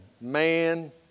Man